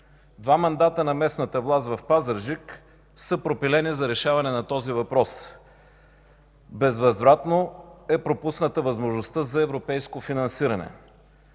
Два мандата на местната власт в Пазарджик са пропилени за решаване на този въпрос. Безвъзвратно е пропусната възможността за европейско финансиране.